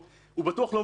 הוא בטוח לא מדינה,